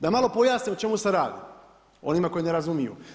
Da malo pojasnim o čemu se radi onima koji ne razumiju.